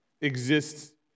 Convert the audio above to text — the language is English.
exists